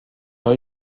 های